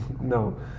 No